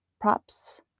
props